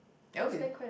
Alvin